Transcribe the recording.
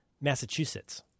Massachusetts